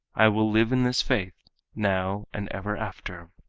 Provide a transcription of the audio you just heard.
i will live in this faith now and ever after.